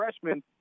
freshmen